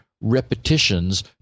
repetitions